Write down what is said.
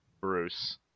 Bruce